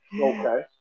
Okay